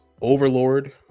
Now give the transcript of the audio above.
Overlord